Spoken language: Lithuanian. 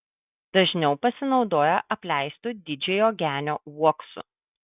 dažniau pasinaudoja apleistu didžiojo genio uoksu